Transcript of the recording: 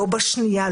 לא בשנייה,